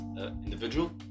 individual